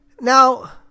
Now